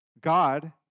God